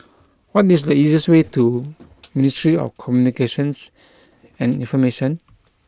what is the easiest way to Ministry of Communications and Information